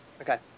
Okay